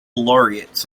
laureates